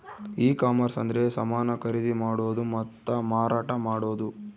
ಈ ಕಾಮರ್ಸ ಅಂದ್ರೆ ಸಮಾನ ಖರೀದಿ ಮಾಡೋದು ಮತ್ತ ಮಾರಾಟ ಮಾಡೋದು